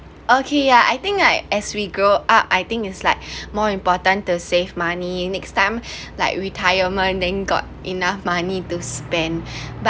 okay ya I think like as we grow up I think is like more important to save money next time like retirement then got enough money to spend but